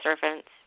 servants